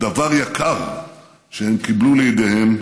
דבר יקר שהם קיבלו לידיהם.